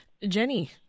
Jenny